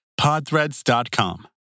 podthreads.com